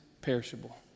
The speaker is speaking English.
perishable